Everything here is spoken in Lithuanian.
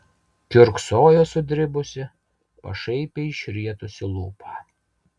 kiurksojo sudribusi pašaipiai išrietusi lūpą